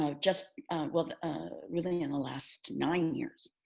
um just well really in the last nine years.